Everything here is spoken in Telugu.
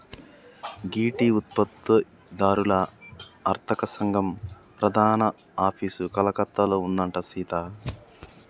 గీ టీ ఉత్పత్తి దారుల అర్తక సంగం ప్రధాన ఆఫీసు కలకత్తాలో ఉందంట సీత